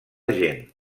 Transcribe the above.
gent